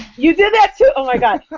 you did that too? oh my god,